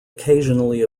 occasionally